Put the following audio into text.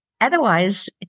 otherwise